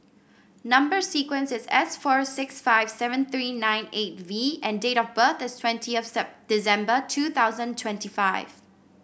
number sequence is S four six five seven three nine eight V and date of birth is twentieth December two thousand twenty five